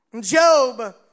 Job